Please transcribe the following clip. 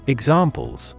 Examples